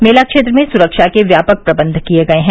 मेला क्षेत्र में सुरक्षा के व्यापक प्रबंध किये गये हैं